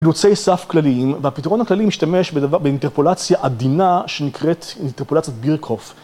אילוצי סף כלליים והפתרון הכללי משתמש באינטרפולציה עדינה שנקראת אינטרפולציית בירקהוף.